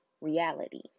reality